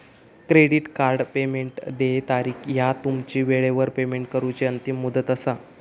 credit card payment देय तारीख ह्या तुमची वेळेवर पेमेंट करूची अंतिम मुदत असा